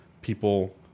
people